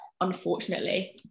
unfortunately